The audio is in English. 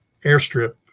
airstrip